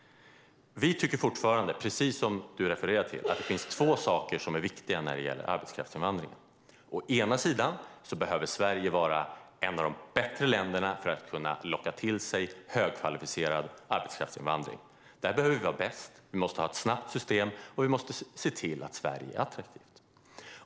Vi tycker fortfarande, precis som Christina Höj Larsen refererade till, att det finns två saker som är viktiga när det gäller arbetskraftsinvandring. Å ena sidan behöver Sverige vara ett av de bättre länderna för att kunna locka till sig högkvalificerade arbetskraftsinvandrare. Där behöver vi vara bäst, vi måste ha ett snabbt system och vi måste se till att Sverige är attraktivt.